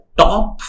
top